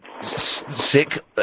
sick